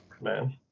man